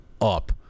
up